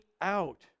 out